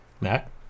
Mac